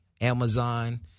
Amazon